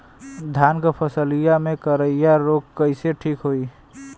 धान क फसलिया मे करईया रोग कईसे ठीक होई?